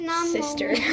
Sister